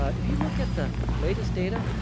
ah if you look at the latest data,